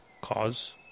cause